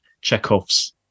Chekhov's